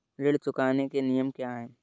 ऋण चुकाने के नियम क्या हैं?